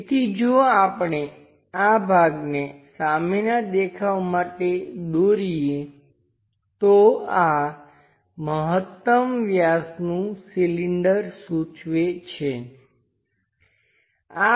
તેથી જો આપણે આ ભાગને સામેનાં દેખાવ માટે દોરીએ તો આ મહત્તમ વ્યાસનું સિલિન્ડર સૂચવે છે